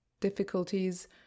difficulties